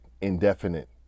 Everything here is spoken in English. indefinite